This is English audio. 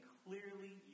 clearly